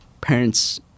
parents